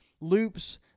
loops